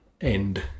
end